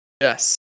Yes